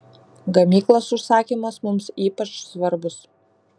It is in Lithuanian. gamyklos užsakymas mums ypač svarbus